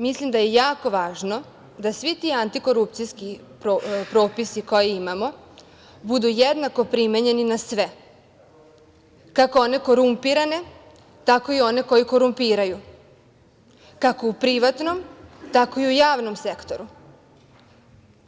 Mislim da je jako važno da svi ti antikorupcijski propisi koje imamo budu jednako primenjeni na sve, kako one korumpirane, tako i one koji korumpiraju, kako u privatnom, tako i u javnom sektoru,